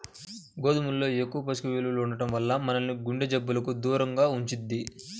గోధుమల్లో ఎక్కువ పోషక విలువలు ఉండటం వల్ల మనల్ని గుండె జబ్బులకు దూరంగా ఉంచుద్ది